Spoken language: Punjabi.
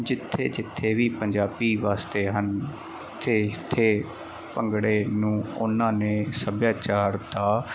ਜਿੱਥੇ ਜਿੱਥੇ ਵੀ ਪੰਜਾਬੀ ਵਸਦੇ ਹਨ ਉਥੇ ਉਥੇ ਭੰਗੜੇ ਨੂੰ ਉਹਨਾਂ ਨੇ ਸੱਭਿਆਚਾਰ ਦਾ